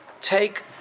take